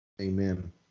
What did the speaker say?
Amen